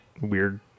weird